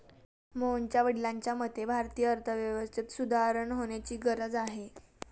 मोहनच्या वडिलांच्या मते, भारतीय अर्थव्यवस्थेत सुधारणा होण्याची गरज आहे